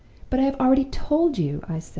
but i have already told you i said,